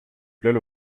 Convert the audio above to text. plats